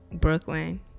brooklyn